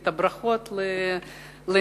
את הברכות לנשים,